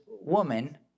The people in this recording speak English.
woman